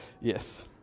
Yes